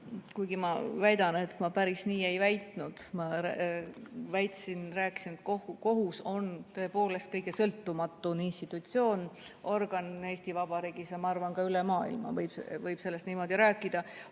kuigi ma väidan, et ma päris nii ei väitnud. Ma rääkisin, et kohus on tõepoolest kõige sõltumatum institutsioon, organ Eesti Vabariigis, ja ma arvan, et üle maailma võib sellest nii rääkida.